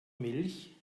milch